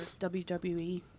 WWE